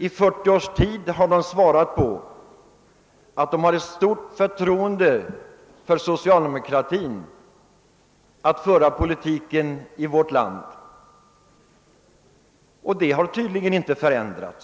Under 35 års tid hade de kunnat svara att de hyser stort förtroende för socialdemokraternas sätt att föra politiken i vårt land. Om man skall få fram ett svar om förtroende eller